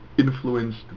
Influenced